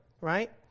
right